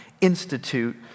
Institute